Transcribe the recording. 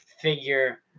figure